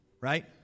Right